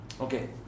Okay